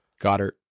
Goddard